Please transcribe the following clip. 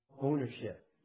Ownership